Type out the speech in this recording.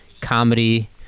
comedy